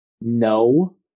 No